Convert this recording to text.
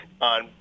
on